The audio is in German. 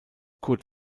kurt